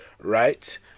right